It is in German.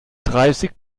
dreißig